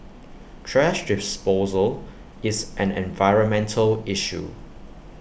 thrash disposal is an environmental issue